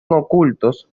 ocultos